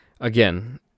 again